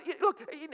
Look